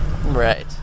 Right